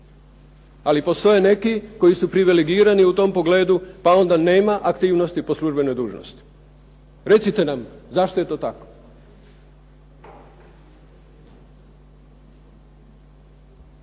ali postoje neki koji su privilegirani u tom pogledu pa onda nema aktivnosti po službenoj dužnosti. Recite nam zašto je to tako?